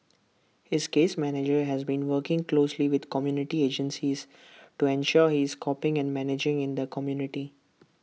his case manager has been working closely with community agencies to ensure he is coping and managing in the community